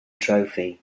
trophy